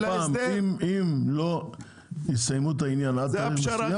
אם הפעם לא יסיימו את העניין עד תאריך מסוים,